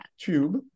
tube